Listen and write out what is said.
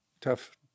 tough